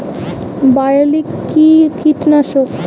বায়োলিন কি কীটনাশক?